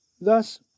Thus